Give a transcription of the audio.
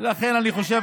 לכן אני חושב,